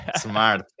Smart